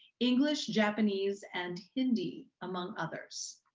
english, japanese, and hindi among others.